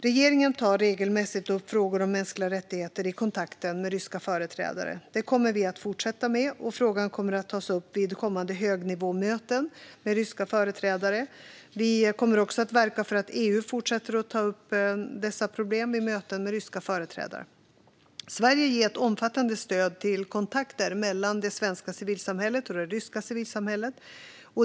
Regeringen tar regelmässigt upp frågor om mänskliga rättigheter i kontakten med ryska företrädare. Det kommer vi att fortsätta med, och frågan kommer att tas upp vid kommande högnivåmöten med ryska företrädare. Vi kommer också att verka för att EU fortsätter att ta upp dessa problem vid möten med ryska företrädare. Sverige ger ett omfattande stöd till kontakter mellan det svenska civilsamhället och det ryska civilsamhället.